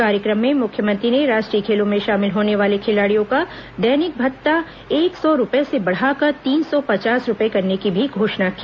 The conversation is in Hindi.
कार्यक्रम में मुख्यमंत्री ने राष्ट्रीय खेलों में शामिल होने वाले खिलाडियों का दैनिक भत्ता एक सौ रूपये से बढ़ाकर तीन सौ पचास रूपये करने की भी घोषणा की